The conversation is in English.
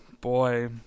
boy